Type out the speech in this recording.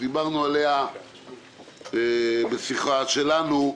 דיברנו עליה בשיחה שלנו.